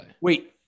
Wait